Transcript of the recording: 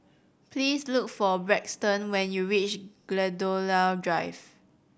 please look for Braxton when you reach Gladiola Drive